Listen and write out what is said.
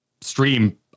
stream